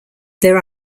there